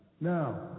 Now